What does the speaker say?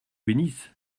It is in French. bénisse